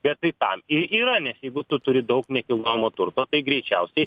bet tai tam yra nes jeigu tu turi daug nekilnojamojo turto tai greičiausiai